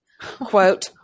quote